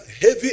heavy